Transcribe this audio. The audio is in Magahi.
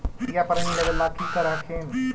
खेतिया पर ऋण लेबे ला की कर हखिन?